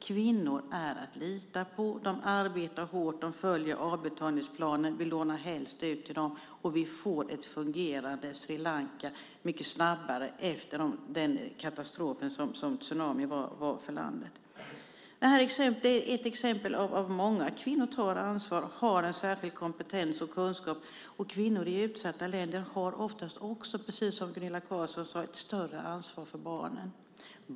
Kvinnor är att lita på. De arbetar hårt, de följer avbetalningsplanen. Vi lånar helst ut till dem och vi får ett fungerande Sri Lanka mycket snabbare efter den katastrof som tsunamin var för landet. Det är ett exempel av många. Kvinnor tar ansvar. De har en särskild kompetens och kunskap. Kvinnor i utsatta länder har också oftast, precis som Gunilla Carlsson sade, ett större ansvar för barnen.